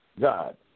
God